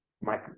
Mike